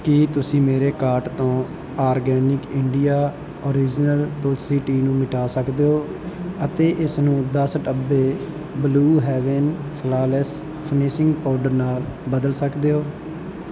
ਕੀ ਤੁਸੀਂ ਮੇਰੇ ਕਾਰਟ ਤੋਂ Organic India original Tulsi tea ਨੂੰ ਮਿਟਾ ਸਕਦੇ ਹੋ ਅਤੇ ਇਸ ਨੂੰ ਦਸ ਡੱਬੇ Blue Heaven flawless finishing powder ਨਾਲ ਬਦਲ ਸਕਦੇ ਹੋ